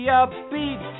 upbeat